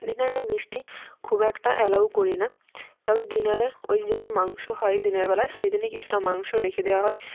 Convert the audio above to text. ডিনারে মিষ্টি খুব একটা অ্যালাউ করি না তবে ডিনারে ঐ যে যেদিন মাংস হয় দিনেরবেলা সেইদিনই কিছুটা মাংস রেখে দেওয়া হয়